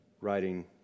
writing